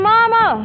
Mama